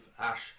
Ash